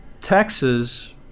Texas